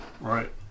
Right